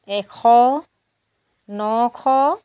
এশ নশ